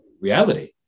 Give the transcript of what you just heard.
reality